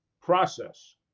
process